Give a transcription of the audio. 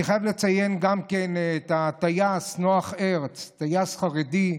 אני חייב לציין גם את הטייס נח הרץ, טייס חרדי,